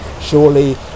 surely